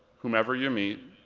whomever you meet,